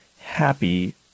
happy